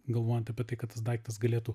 galvojant apie tai kad tas daiktas galėtų